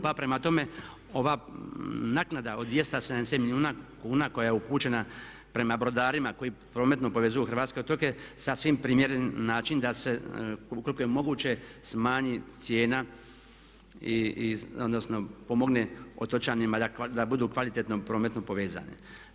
Pa prema tome ova naknada od 270 milijuna kuna koja je upućena prema brodarima koji prometno povezuju hrvatske otoke sasvim primjeren način da se ukoliko je moguće smanji cijena odnosno pomogne otočanima da budu kvalitetno prometno povezani.